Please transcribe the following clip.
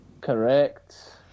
Correct